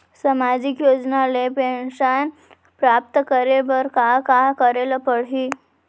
सामाजिक योजना ले पेंशन प्राप्त करे बर का का करे ल पड़ही?